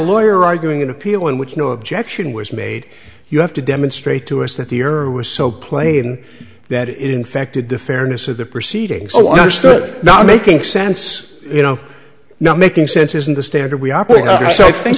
lawyer arguing an appeal in which no objection was made you have to demonstrate to us that the are was so plain that it infected the fairness of the proceedings so understood not making sense you know now making sense isn't the standard we